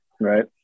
Right